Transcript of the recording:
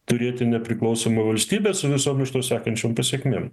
turėti nepriklausomą valstybę su visom iš to sekančiom pasekmėm